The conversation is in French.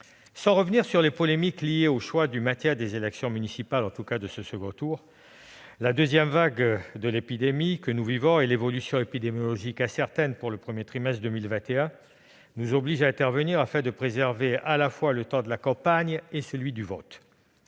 Sans revenir sur les polémiques liées au choix du maintien des élections municipales- en tout cas du premier tour -lors de la première vague, la deuxième vague que nous vivons et l'évolution épidémiologique incertaine pour le premier trimestre 2021 nous obligent à intervenir afin de préserver à la fois le temps de la campagne et celui du vote.